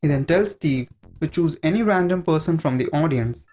he then tells steve to choose any random person from the audience.